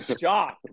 shocked